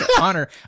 honor